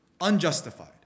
Unjustified